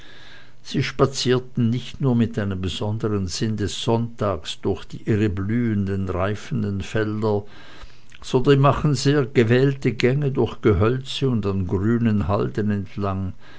sie spazieren nicht nur mit einem besondern sinn des sonntags durch ihre blühenden und reifenden felder sondern sie machen sehr gewählte gänge durch gehölze und an grünen halden entlang